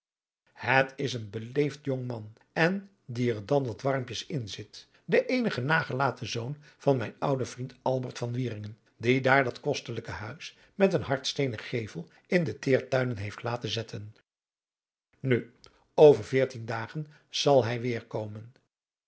het is een beleesd jongman en die er dan wat warmpjes in zit de eenige nagelaten zoon van mijn ouden vriend albert van wieringen die daar dat kostelijke huis met een hardsteenen gevel in de teertuinen heeft laten zetten nu over veertien dagen zal hij weêr komen